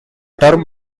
term